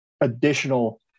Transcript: additional